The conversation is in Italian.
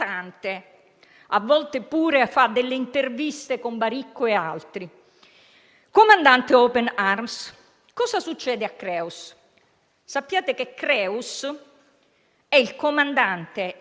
altri viaggi fatti da Open Arms in passato. Cosa succede a Creus? Nel marzo 2018 era per caso ministro Salvini? No.